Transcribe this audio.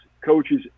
coaches